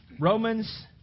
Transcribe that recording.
Romans